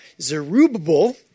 Zerubbabel